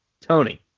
Tony